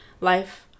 Life